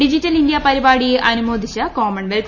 digital India പരിപാടിയെ ്ൽനു്മോദിച്ച് Commonwealth